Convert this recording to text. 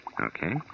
Okay